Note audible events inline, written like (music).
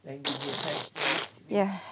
(noise) ya